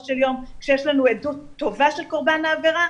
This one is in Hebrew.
של יום כשיש לנו עדות טובה של קורבן העבירה,